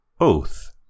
Oath